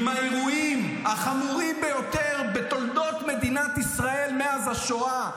עם האירועים החמורים ביותר בתולדות מדינת ישראל מאז השואה,